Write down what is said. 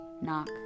knock